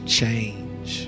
change